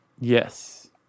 Yes